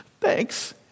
thanks